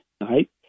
right